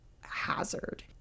hazard